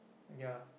yeah